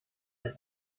that